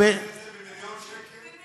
במיליון שקל?